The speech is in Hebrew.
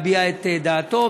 הרשויות